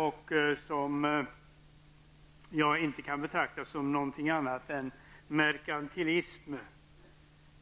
Det kan jag inte betrakta som något annat än merkantilism